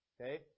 Okay